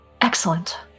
excellent